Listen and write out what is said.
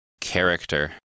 Character